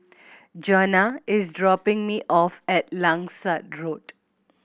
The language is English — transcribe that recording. Jonah is dropping me off at Langsat Road